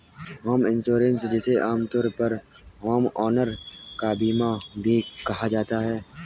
home insurance जिसे आमतौर पर होमओनर का बीमा भी कहा जाता है